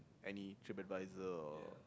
any trip advisor or